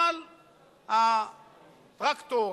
אבל הטרקטור,